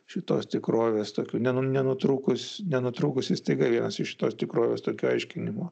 šitos tikrovės tokių ne nenutrūkus nenutrūkusi styga vienas iš šitos tikrovės toki aiškinimo